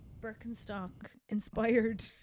Birkenstock-inspired